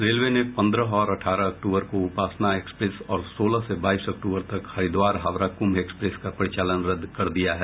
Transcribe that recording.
railway ने पन्द्रह और अठारह अक्तूबर को उपासना एक्सप्रेस और सोलह से बाईस अक्तूबर तक हरिद्वार हावड़ा कुम्भ एक्सप्रेस का परिचालन रद्द कर दिया है